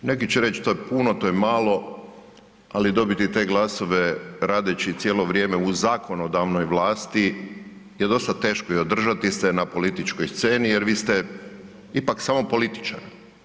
Neki će reći to je puno, to je malo, ali dobiti te glasove radeći cijelo vrijeme u zakonodavnoj vlasti je dosta teško i održati se na političkoj sceni jer vi ste ipak samo političar.